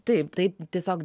taip tai tiesiog